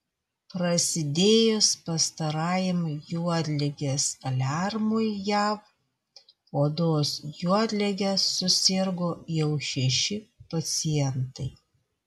prasidėjus pastarajam juodligės aliarmui jav odos juodlige susirgo jau šeši pacientai